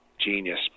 genius